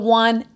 one